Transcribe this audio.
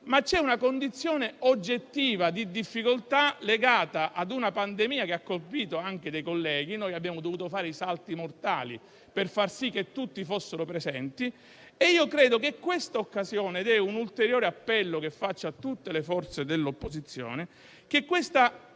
ma c'è una condizione oggettiva di difficoltà legata ad una pandemia che ha colpito anche dei colleghi. Noi abbiamo dovuto fare i salti mortali per far sì che tutti fossero presenti e credo che questa occasione (è un ulteriore appello che faccio a tutte le forze dell'opposizione) e questa